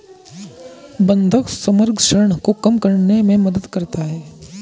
बंधक समग्र ऋण को कम करने में मदद करता है